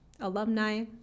alumni